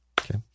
Okay